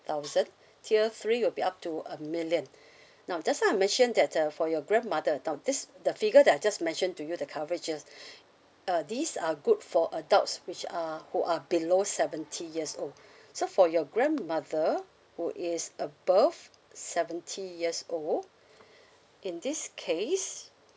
thousand tier three will be up to a million now just now I mentioned that uh for your grandmother now this the figure that I just mentioned to you the coverages uh these are good for adults which are who are below seventy years old so for your grandmother who is above seventy years old in this case